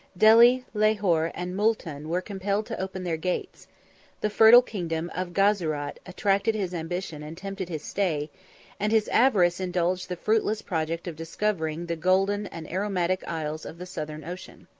delhi, lahor, and multan, were compelled to open their gates the fertile kingdom of guzarat attracted his ambition and tempted his stay and his avarice indulged the fruitless project of discovering the golden and aromatic isles of the southern ocean.